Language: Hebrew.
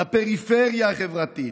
לפריפריה החברתית,